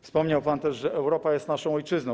Wspomniał pan też, że Europa jest naszą ojczyzną.